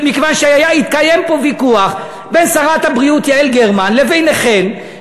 מכיוון שהתקיים פה ויכוח בין שרת הבריאות יעל גרמן לבינכן,